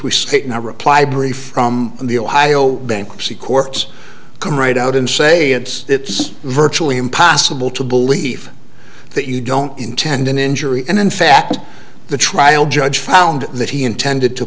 brief from the ohio bankruptcy courts come right out and say it's virtually impossible to believe that you don't intend an injury and in fact the trial judge found that he intended to